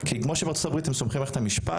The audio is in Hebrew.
כי כמו שבארצות הברית הם סומכים על מערכת המשפט,